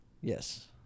Yes